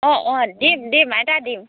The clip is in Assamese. অঁ অঁ দিম দিম আইতা দিম